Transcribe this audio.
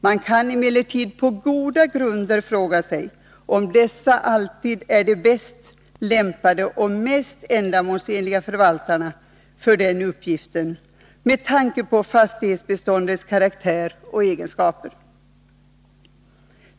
Man kan emellertid på goda grunder fråga sig om dessa alltid är de bäst lämpade och mest ändamålsenliga förvaltarna för den uppgiften med tanke på fastighetsbeståndets karaktär och egenskaper.